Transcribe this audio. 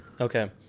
Okay